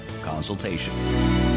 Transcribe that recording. consultation